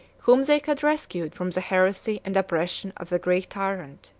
whom they had rescued from the heresy and oppression of the greek tyrant.